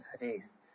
Hadith